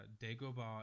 Dagobah